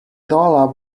dollar